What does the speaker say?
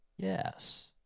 Yes